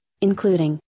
including